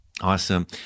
Awesome